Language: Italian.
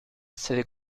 essere